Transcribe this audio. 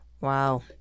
Wow